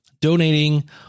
donating